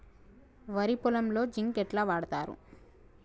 వరి పొలంలో జింక్ ఎట్లా వాడుతరు?